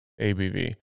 ABV